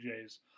Jays